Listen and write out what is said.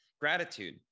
gratitude